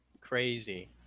Crazy